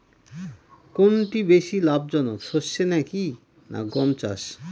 কোনটি বেশি লাভজনক সরষে নাকি গম চাষ?